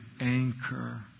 anchor